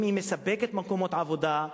אם היא מספקת מקומות עבודה,